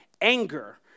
anger